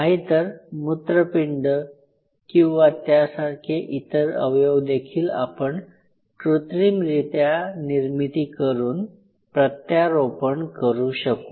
नाही तर मूत्रपिंड किंवा त्यासारखे इतर अवयव देखील आपण कृत्रिमरित्या निर्मिती करून प्रत्यारोपण करू शकू